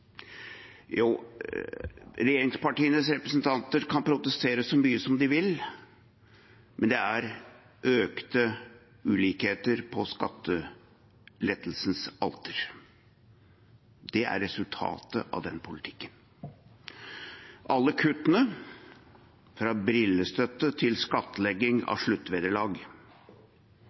Regjeringspartienes representanter kan protestere så mye de vil, men det er økte ulikheter på skattelettelsens alter. Det er resultatet av denne politikken – alle kuttene, fra brillestøtte til skattlegging av sluttvederlag.